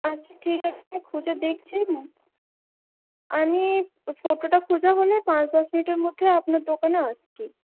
আচ্ছা ঠিক আছে খুঁজে দেখছি আমি ফটোটা খুঁজে পেলে পাঁচ দশ মিনিটের মধ্যে আপনার দোকানে আসছি